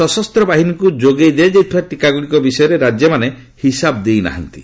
ସଶସ୍ତ ବାହିନୀକୁ ଯୋଗାଇ ଦିଆଯାଇଥିବା ଟିକାଗ୍ରଡ଼ିକ ବିଷୟରେ ରାକ୍ୟମାନେ ହିସାବ ଦେଇନାହାନ୍ତି